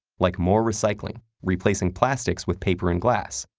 like more recycling, replacing plastics with paper and glass,